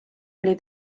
oli